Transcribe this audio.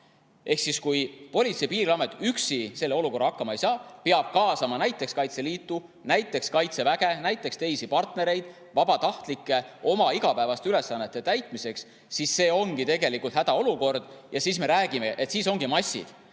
ei saa. Kui Politsei- ja Piirivalveamet üksi selles olukorras hakkama ei saa, peab ta kaasama näiteks Kaitseliitu, näiteks Kaitseväge, näiteks teisi partnereid, ka vabatahtlikke oma igapäevaste ülesannete täitmiseks. See ongi tegelikult hädaolukord ja siis me räägime, et tegu on massidega.